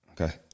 Okay